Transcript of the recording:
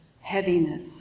heaviness